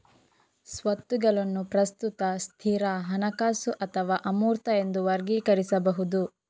ಸ್ವತ್ತುಗಳನ್ನು ಪ್ರಸ್ತುತ, ಸ್ಥಿರ, ಹಣಕಾಸು ಅಥವಾ ಅಮೂರ್ತ ಎಂದು ವರ್ಗೀಕರಿಸಬಹುದು